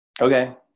Okay